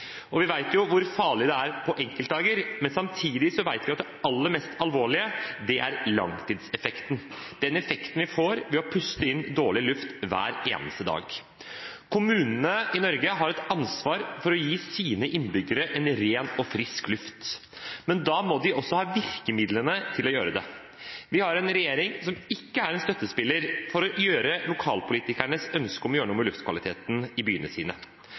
og vi vet hvor farlig det er på enkeltdager. Men samtidig vet vi at det aller mest alvorlige er langtidseffekten, den effekten vi får av å puste inn dårlig luft hver eneste dag. Kommunene i Norge har ansvar for å gi sine innbyggere ren og frisk luft, men da må de også ha virkemidlene til å gjøre det. Vi har en regjering som ikke er en støttespiller for lokalpolitikernes ønske om å gjøre noe med luftkvaliteten i byene sine.